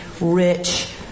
rich